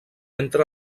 entra